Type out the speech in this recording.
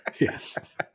Yes